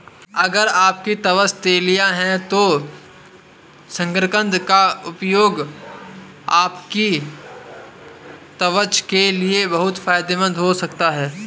अगर आपकी त्वचा तैलीय है तो शकरकंद का उपयोग आपकी त्वचा के लिए बहुत फायदेमंद हो सकता है